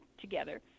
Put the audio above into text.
together